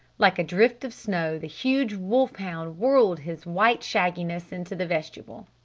like a drift of snow the huge wolf-hound whirled his white shagginess into the vestibule.